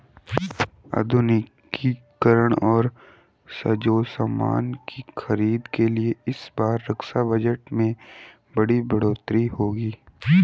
आधुनिकीकरण और साजोसामान की खरीद के लिए इस बार रक्षा बजट में बड़ी बढ़ोतरी होगी